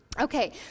Okay